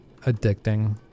addicting